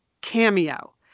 cameo